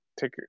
take